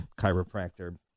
chiropractor